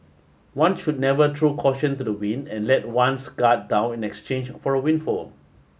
one should never throw caution to the wind and let one's guard down in exchange for a windfall